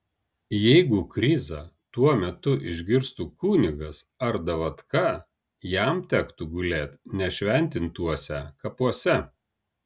jeigu krizą tuo metu išgirstų kunigas ar davatka jam tektų gulėt nešventintuose kapuose